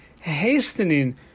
hastening